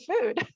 food